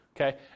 Okay